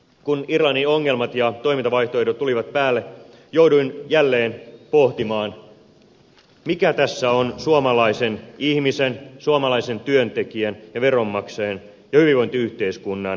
kun irlannin ongelmat ja toimintavaihtoehdot tulivat esille jouduin jälleen pohtimaan mikä tässä on suomalaisen ihmisen suomalaisen työntekijän ja veronmaksajan ja hyvinvointiyhteiskunnan etu